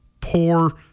poor